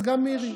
אז גם מירי.